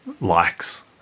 likes